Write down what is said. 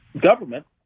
government